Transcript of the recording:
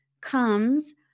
comes